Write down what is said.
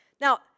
Now